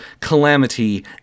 calamity